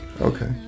Okay